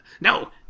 no